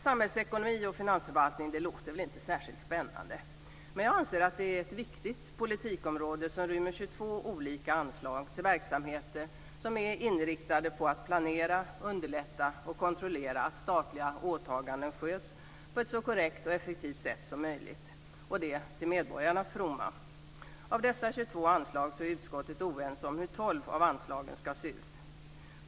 Samhällsekonomi och finansförvaltning låter väl inte särskilt spännande, men jag anser att det är ett viktigt politikområde, som rymmer 22 olika anslag till verksamheter som är inriktade på att planera, underlätta och kontrollera att statliga åtaganden sköts på ett så korrekt och effektivt sätt som möjligt till medborgarnas fromma. Utskottet är oense om hur 12 av dessa 22 anslag ska se ut.